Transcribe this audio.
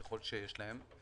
ככל שיש להם,